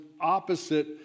opposite